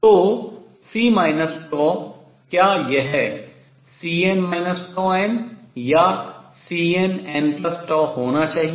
तो C क्या यह Cn n या Cnn होना चाहिए